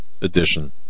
edition